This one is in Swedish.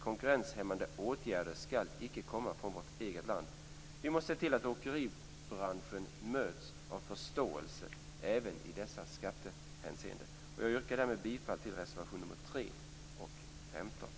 Konkurrenshämmande åtgärder skall inte komma från vårt eget land. Vi måste se till att åkeribranschen möts av förståelse även i skattehänseende. Jag yrkar därmed bifall till reservationerna 3 och